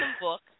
book